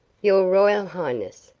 your royal highness,